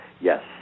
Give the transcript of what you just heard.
Yes